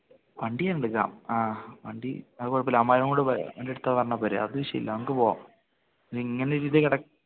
വണ്ടി ഞാനെടുക്കാം ആ വണ്ടി അത് കുഴപ്പമില്ല അവന്മാരെയും കൂടെ വണ്ടി എടുത്തോന്ന് പറഞ്ഞാൽ പോരെ അത് വിഷയമില്ല നമുക്ക് പോകാം ഇങ്ങനെ ഒരു ഇത് കിട